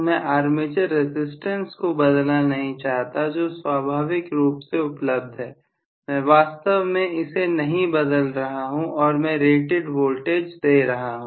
मैं armature resistance को बदलना नहीं चाहता जो स्वाभाविक रूप से उपलब्ध है मैं वास्तव में इसे नहीं बदल रहा हूं और मैं रेटेड वोल्टेज दे रहा हूं